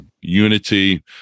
unity